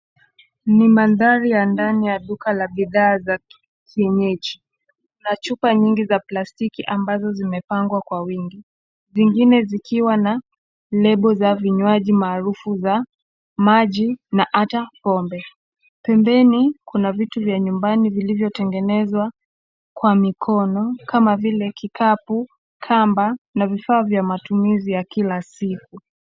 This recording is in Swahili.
Ni mandhari ya ndani ya duka la bidhaa za kienyeji. Kuna chupa nyingi za plastiki ambazo zimepangwa kwa wingi, zingine zikiwa na lebo za vinywaji maarufu za maji na hata pombe. Pembeni, kuna vitu vya nyumbani vilivyotengenezwa kwa mikono kama vile: kikapu, kamba na vifaa vya matumizi ya kila siku.